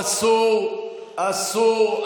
אסור, אסור.